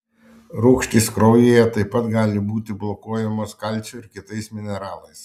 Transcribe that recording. rūgštys kraujyje taip pat gali būti blokuojamos kalciu ir kitais mineralais